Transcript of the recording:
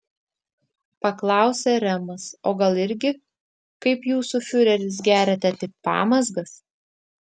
paklausė remas o gal irgi kaip jūsų fiureris geriate tik pamazgas